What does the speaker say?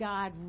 God